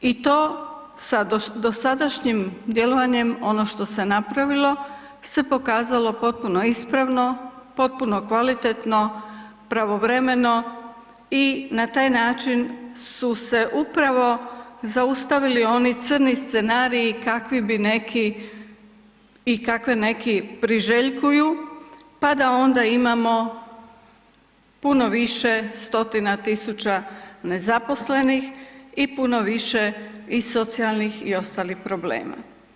I to sa dosadašnjim djelovanjem ono što se napravilo se pokazalo potpuno ispravno, potpuno kvalitetno, pravovremeno i na taj način su se upravo zaustavili oni crni scenariji kakvi bi neki i kakve neki priželjkuju pa da onda imamo puno više stotina tisuća nezaposlenih i puno više i socijalnih i ostalih problema.